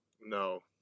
No